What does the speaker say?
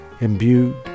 imbued